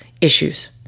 issues